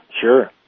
Sure